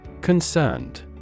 concerned